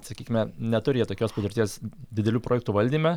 sakykime neturi jie tokios patirties didelių projektų valdyme